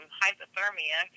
hypothermia